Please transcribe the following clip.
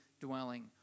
dwelling